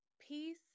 peace